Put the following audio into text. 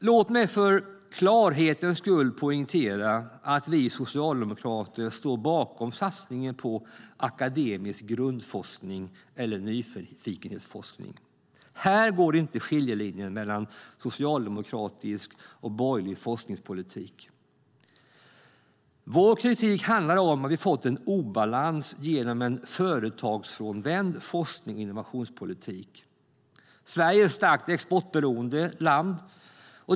Låt mig för klarhetens skull poängtera att vi socialdemokrater står bakom satsningen på akademisk grundforskning eller nyfikenhetsforskning. Här går inte skiljelinjen mellan socialdemokratisk och borgerlig forskningspolitik. Vår kritik handlar om att vi fått en obalans genom en företagsfrånvänd forsknings och innovationspolitik. Sverige är ett starkt exportberoende land.